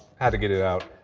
had to get it out.